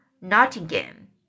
Nottingham